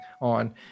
on